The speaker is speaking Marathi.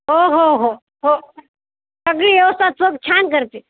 हो हो हो हो सगळी व्यवस्था चोख छान करते